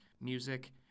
music